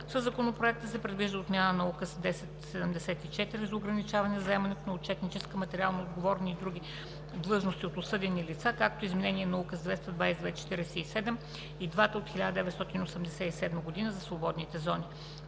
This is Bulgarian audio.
Със Законопроекта се предвижда отмяна на Указ № 1074 за ограничаване заемането на отчетнически, материалноотговорни и други длъжности от осъдени лица, както и изменение на Указ № 2242 – и двата от 1987 г., за свободните зони.